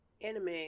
anime